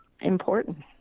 important